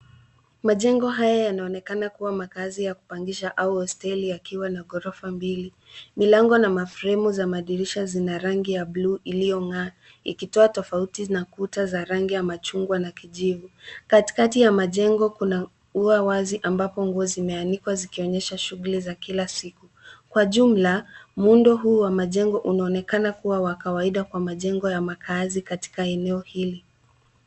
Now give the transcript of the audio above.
Majengo haya yanaonekana kuwa makazi ya kupangisha au hosteli yakiwa na ghorofa mbili. Milango na mafremu za madirisha zina rangi ya blue iliyong'aa. Ikitoa tofauti na kuta za rangi machungwa na kijivu. Katikati ya majengo kuna ua wazi ambapo nguo zimeanikwa zikionyesha shughuli za kila siku. Kwa jumla, muundo huu wa majengo unaonekana kuwa wa kawaida kwa majengo ya makazi katika eneo hili.